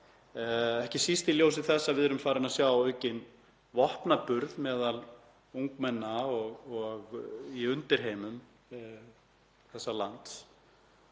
ekki síst í ljósi þess að við erum farin að sjá aukinn vopnaburð meðal ungmenna og í undirheimum þessa lands